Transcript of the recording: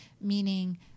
meaning